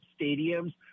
stadiums